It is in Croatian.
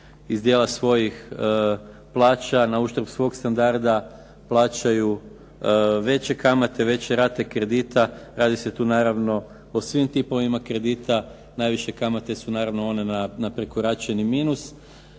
iz dijela svojih plaća na uštrb svog standarda plaćaju veće kamate, veće rate kredita. Radi se tu naravno o svim tipovima kredita. Najviše kamate su naravno one na prekoračeni minus